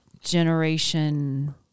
generation